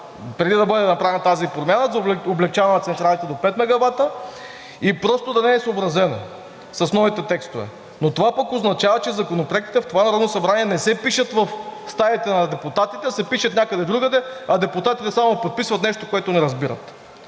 преди да бъде направена тази промяна за облекчаване на централите до пет мегавата и просто да не е съобразено с новите текстове. Но това пък означава, че законопроектите в това Народно събрание не се пишат в стаите на депутатите, а се пишат някъде другаде, а депутатите само подписват нещо, което не разбират.